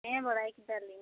ᱦᱮᱸ ᱵᱟᱲᱟᱭ ᱠᱮᱫᱟ ᱞᱤᱧ